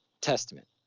Testament